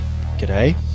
G'day